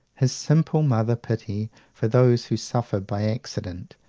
his simple mother-pity for those who suffer by accident,